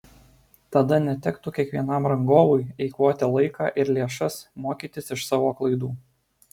tada netektų kiekvienam rangovui eikvoti laiką ir lėšas mokytis iš savo klaidų